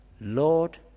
Lord